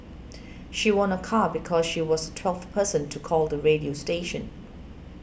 she won a car because she was the twelfth person to call the radio station